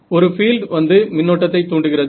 ஒரு பீல்ட் வந்து மின்னோட்டத்தை தூண்டுகிறது